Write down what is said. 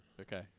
Okay